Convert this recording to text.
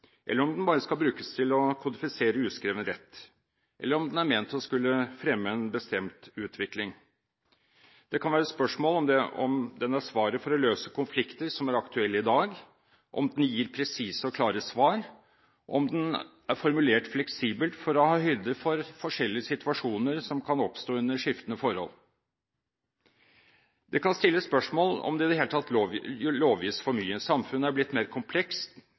eller om den er ment å skulle fremme en bestemt utvikling. Det kan være spørsmål om den er svaret for å løse konflikter som er aktuelle i dag, om den gir presise og klare svar, og om den er formulert fleksibelt for å ta høyde for forskjellige situasjoner som kan oppstå under skiftende forhold. Det kan stilles spørsmål om det i det hele tatt lovgis for mye. Samfunnet er blitt mer komplekst,